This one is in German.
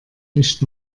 nicht